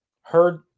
Heard